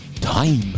time